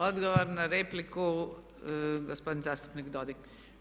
Odgovor na repliku, gospodin zastupnik Dodig.